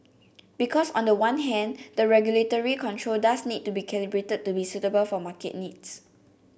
because on the one hand the regulatory control does need to be calibrated to be suitable for market needs